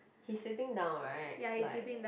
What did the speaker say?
he's sitting down right like